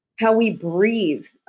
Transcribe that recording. how we breathe.